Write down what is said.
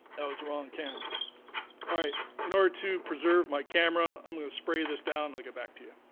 that was the wrong can all right in order to preserve my camera i'm gonna spray this down i'll get back to you.